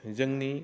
जोंनि